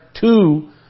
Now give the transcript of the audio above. two